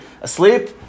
asleep